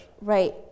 Right